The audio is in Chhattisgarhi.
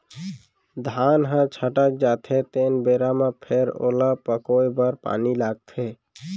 धान ह छटक जाथे तेन बेरा म फेर ओला पकोए बर पानी लागथे